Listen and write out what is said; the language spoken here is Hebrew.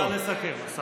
השר, נא לסכם.